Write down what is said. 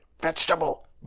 vegetable